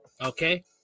okay